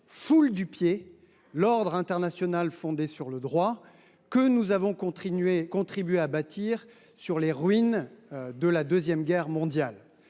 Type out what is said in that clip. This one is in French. foulent aux pieds l’ordre international fondé sur le droit que nous avons contribué à bâtir sur les ruines de la Deuxième Guerre mondiale.